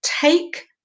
take